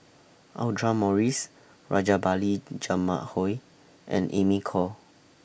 Audra Morrice Rajabali Jumabhoy and Amy Khor